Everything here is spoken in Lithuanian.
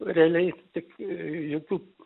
realiai tik jokių